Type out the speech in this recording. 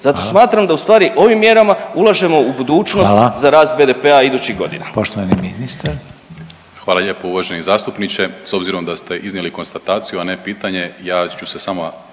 Zato smatram da ustvari ovim mjerama ulažemo u budućnost …/Upadica